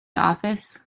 office